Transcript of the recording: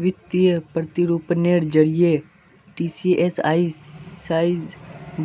वित्तीय प्रतिरूपनेर जरिए टीसीएस आईज